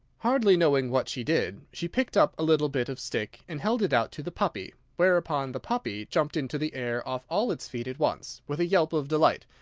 hardly knowing what she did, she picked up a little bit of stick, and held it out to the puppy whereupon the puppy jumped into the air off all its feet at once, with a yelp of delight,